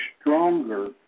stronger